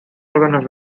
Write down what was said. órganos